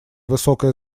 высокое